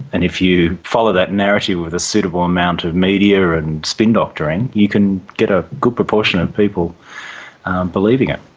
and if you follow that narrative with a suitable amount of media and spin doctoring you can get a good proportion of people believing it.